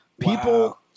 people